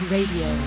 Radio